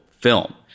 film